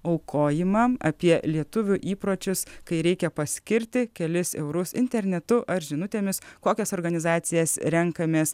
aukojimą apie lietuvių įpročius kai reikia paskirti kelis eurus internetu ar žinutėmis kokias organizacijas renkamės